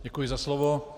Děkuji za slovo.